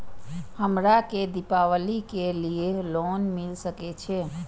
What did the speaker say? हमरा के दीपावली के लीऐ लोन मिल सके छे?